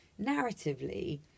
narratively